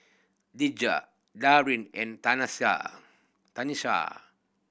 Dejah Darin and Tanesha